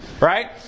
Right